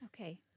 Okay